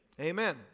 Amen